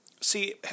See